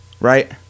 Right